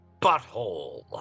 butthole